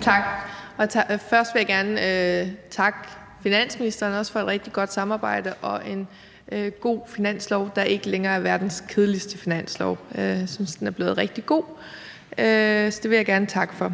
Kl. 17:20 Lisbeth Bech-Nielsen (SF): Tak. Først vil jeg også gerne takke finansministeren for et rigtig godt samarbejde og en god finanslov, der ikke længere er verdens kedeligste finanslov. Jeg synes, den er blevet rigtig god. Så det vil jeg gerne takke for.